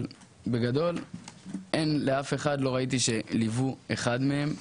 אבל בגדול לא ראיתי שליוו אחד מהם.